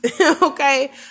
Okay